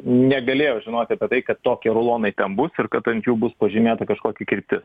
negalėjo žinot apie tai kad tokie rulonai ten bus ir kad ant jų bus pažymėta kažkokia kryptis